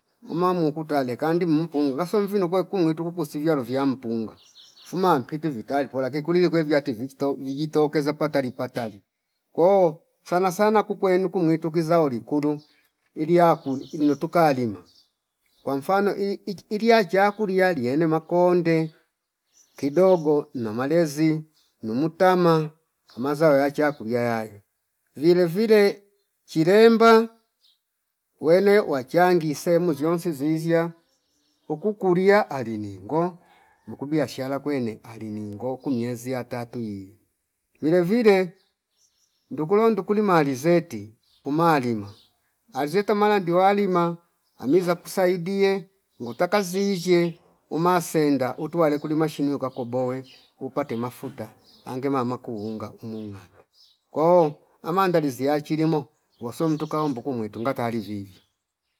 Uma mukutale kandi mpunga kaso mvino kwai kumwetu kukusivilia lovya mpunga fuma mpiti vitai pola kinkulile kwevi ati visto vivi tokeza patali patali ko sana sana kukwenu kumwi tukiza wolikulu ali yaku inutuka lima kwa mfano ili iki iliya chakulia liyene makonde kidogo na malezi numutama amazao yachakulia yaye vile vile chilembe wene wacha ngise muziyonsi zizya ukuku liya aliningo muku biashara kwene ali ningo ku miezi yatatu yii, vile vile ndukulo ndukuli maalizeti umalima alzeta maana ndiwa lima amiza kusaidie ngutaka zizye umasenda utwale kulima shinwe ka koboe upate mafuta ange mama kuunga umu nganda ko amandalizi yachilimo waso mtuka umbu kumwitu ngata ali vivyo